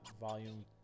Volume